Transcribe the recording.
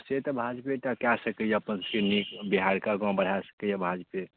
से तऽ भाजपेटा कऽ सकैए अपन सबके नीक बिहारके आगाँ बढ़ा सकैए भाजपे